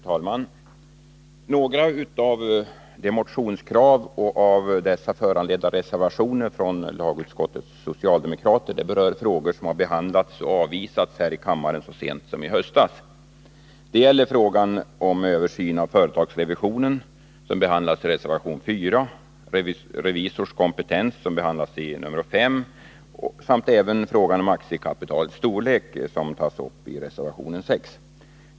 Fru talman! Några av motionskraven och av dessa föranledda reservationer från lagutskottets socialdemokrater berör frågor som har behandlats och avvisats här i kammaren så sent som i höstas. Det gäller frågan om översyn av företagsrevisionen, som behandlas i reservation 4, om revisors kompetens, som behandlas i reservation 5, samt frågan om aktiekapitalets storlek, som tas upp i reservation 6.